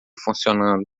funcionando